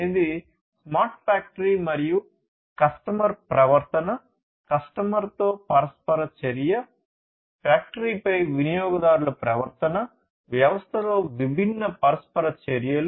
ఇది smart factory మరియు customer ప్రవర్తన కస్టమర్తో పరస్పర చర్య ఫ్యాక్టరీపై వినియోగదారుల ప్రవర్తన వ్యవస్థలో విభిన్న పరస్పర చర్యలు